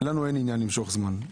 לנו אין עניין למשוך זמן,